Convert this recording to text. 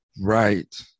Right